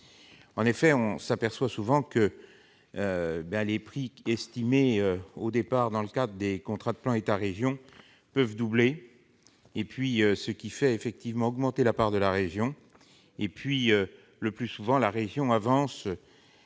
En effet, on s'aperçoit souvent que les prix estimés au départ dans le cadre des contrats de plan État-région peuvent doubler, ce qui fait effectivement augmenter la part financée par la région. Par ailleurs, le plus souvent la région avance